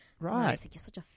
right